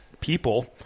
people